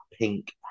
pink